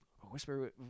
whisper